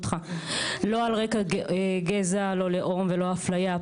לא על רקע גזע, לא לאום ולא אפליה.